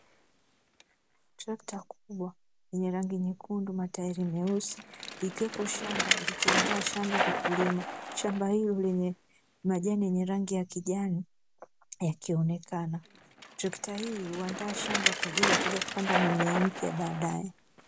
Trekta kubwa lenye rangi nyekundu matairi meusi likiwepo shamba likiandaa shamba kwa kulima, shamba hilo lenye majani yenye rangi ya kijani yakionekana. Trekta hili huandaa shamba kwa ajili ya kuja kupanda mimea mipya baadae.